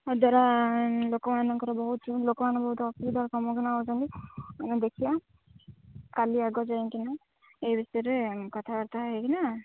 ଏହାଦ୍ଵାରା ଲୋକମାନଙ୍କର ବହୁତ ଲୋକମାନେ ବହୁତ ଅସୁବିଧାର ସମ୍ମୁଖୀନ ହେଉଛନ୍ତି ଆମେ ଦେଖିବା କାଲି ଆଗ ଯାଇକି ନା ଏହି ବିଷୟରେ କଥାବାର୍ତ୍ତା ହେଇକି ନା